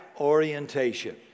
orientation